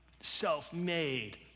self-made